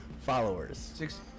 followers